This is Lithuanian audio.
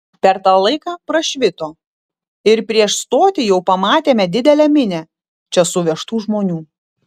per tą laiką prašvito ir prieš stotį jau pamatėme didelę minią čia suvežtų žmonių